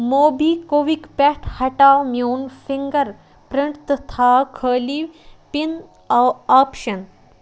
Mobi Kwik پٮ۪ٹھ ہٹاو میٛون فِنٛگر پرٛنٛٹ تہٕ تھاو خٲلی پِن آ آپشن